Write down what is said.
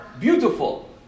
beautiful